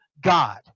God